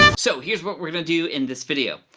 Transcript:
so here's what we're gonna do in this video.